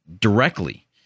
directly